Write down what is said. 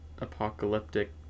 apocalyptic